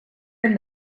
and